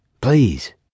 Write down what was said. please